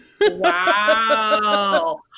Wow